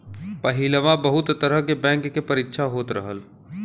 पहिलवा बहुत तरह के बैंक के परीक्षा होत रहल